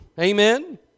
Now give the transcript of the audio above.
Amen